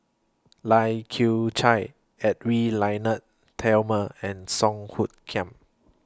Lai Kew Chai Edwy Lyonet Talma and Song Hoot Kiam